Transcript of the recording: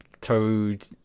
toad